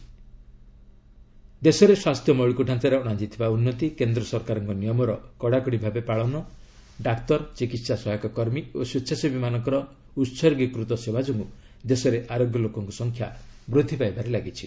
ମନ୍ତ୍ରଣାଳୟ କହିଛି ଦେଶରେ ସ୍ୱାସ୍ଥ୍ୟ ମୌଳିକଢାଞ୍ଚାରେ ଅଣାଯାଇଥିବା ଉନ୍ନତି କେନ୍ଦ୍ର ସରକାରଙ୍କ ନିୟମର କଡ଼ାକଡ଼ି ଭାବେ ପାଳନ ଡାକ୍ତର ଚିକିତ୍ସା ସହାୟକ କର୍ମୀ ଓ ସ୍ପେଚ୍ଛାସେବୀମାନଙ୍କର ଉତ୍ସର୍ଗୀକୃତ ସେବା ଯୋଗ୍ରୁ ଦେଶରେ ଆରୋଗ୍ୟ ଲୋକଙ୍କ ସଂଖ୍ୟା ବୃଦ୍ଧି ପାଇବାରେ ଲାଗିଛି